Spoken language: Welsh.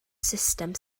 sustem